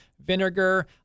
vinegar